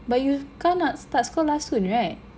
but you kau nak start sekolah soon right